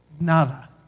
nada